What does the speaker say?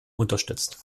unterstützt